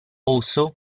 also